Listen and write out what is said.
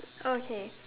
okay